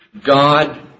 God